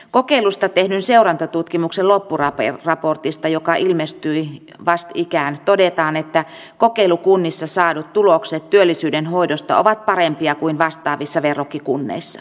kokeilusta tehdyn seurantatutkimuksen loppuraportissa joka ilmestyi vastikään todetaan että kokeilukunnissa saadut tulokset työllisyyden hoidosta ovat parempia kuin vastaavissa verrokkikunnissa